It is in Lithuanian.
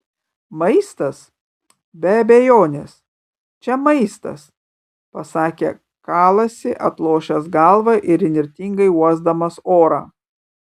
maistas be abejonės čia maistas pasakė kalasi atlošęs galvą ir įnirtingai uosdamas orą